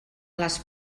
les